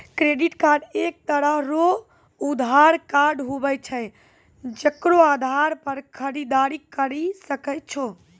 credit card एक तरह रो उधार कार्ड हुवै छै जेकरो आधार पर खरीददारी करि सकै छो